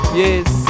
yes